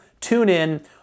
TuneIn